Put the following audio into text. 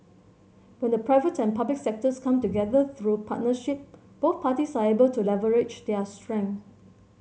when the private and public sectors come together through partnership both parties are able to leverage their strengths